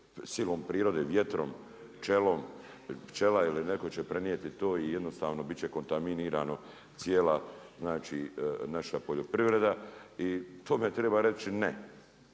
silom prirode, vjetrom, pčelom, pčela ili netko će prenijeti to i jednostavno biti će kontaminirano cijela naša poljoprivreda i tome treba reći ne.